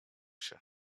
się